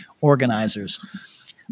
organizers